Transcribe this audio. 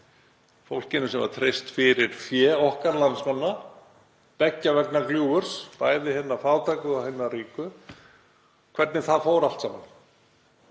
fólkinu sem var treyst fyrir fé okkar landsmanna beggja vegna gljúfurs, bæði hinna fátæku og ríku, hvernig það fór allt saman.